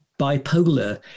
bipolar